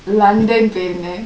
london பேய்ருந்தேன்:peyrunthen